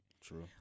True